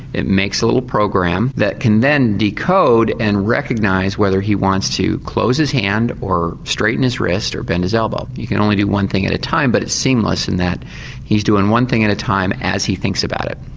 it makes a little program that can then decode and recognise whether he wants to close his hand or straighten his wrist or bend his elbow. he can only do one thing at a time but it's seamless in that he's doing one thing at a time as he thinks about it.